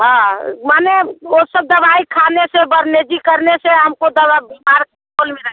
हाँ माने ओ सब दवाई खाने से बढ़ने जी करने से हमको दवा बीमार